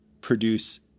produce